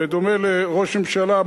בדומה לראש ממשלה.